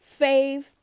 fave